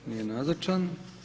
Nije nazočan.